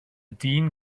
dyn